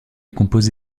compose